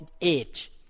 age